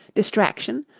distraction,